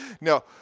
No